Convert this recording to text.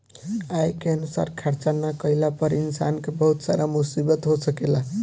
आय के अनुसार खर्चा ना कईला पर इंसान के बहुत सारा मुसीबत हो सकेला